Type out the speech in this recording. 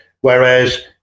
Whereas